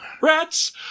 Rats